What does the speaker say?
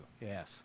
Yes